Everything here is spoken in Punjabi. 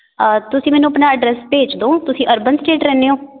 ਤੁਸੀਂ ਮੈਨੂੰ ਆਪਣਾ ਐਡਰੈਸ ਭੇਜ ਦਿਓ ਤੁਸੀਂ ਅਰਬਨ ਸਟੇਟ ਰਹਿੰਦੇ ਓਂ